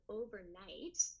overnight